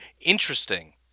Interesting